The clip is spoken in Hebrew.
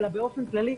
אלא באופן כללי,